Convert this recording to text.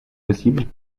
possible